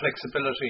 flexibility